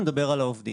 אני מדבר על העובדים.